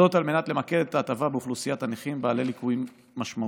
זאת על מנת למקד את ההטבה באוכלוסיית הנכים בעלי ליקויים משמעותיים.